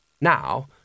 Now